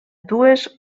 dues